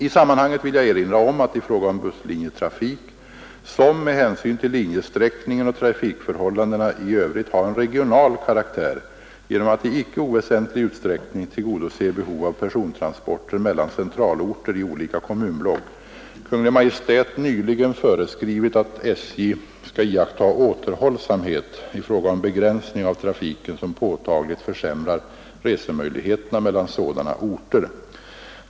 I sammanhanget vill jag erinra om att i fråga om busslinjetrafik, som med hänsyn till linjesträckningen och trafikförhållandena i övrigt har en regional karaktär genom att i icke oväsentlig utsträckning tillgodose behov av persontransporter mellan centralorter i olika kommunblock, Kungl. Maj:t nyligen föreskrivit, att SJ skall iakttaga återhållsamhet i fråga om begränsning av trafiken som påtagligt försämrar resemöjligheterna mellan sådana orter.